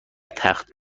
تخت